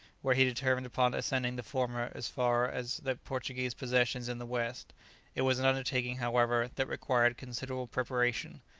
where he determined upon ascending the former as far as the portuguese possessions in the west it was an undertaking, however, that required considerable preparation,